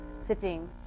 sitting